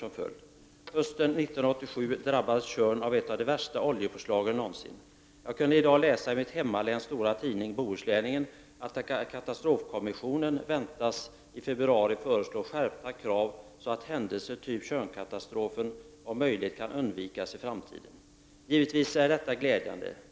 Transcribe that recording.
Hösten 1987 drabbades Tjörn av ett av de värsta oljepåslagen någonsin. Jag kunde i dag i mitt hemläns stora tidning Bohuslänningen läsa att katastrofkommissionen i februari väntas föreslå en skärpning av kraven, så att händelser typ Tjörnkatastrofen om möjligt kan undvikas i framtiden. Givetvis är detta glädjande.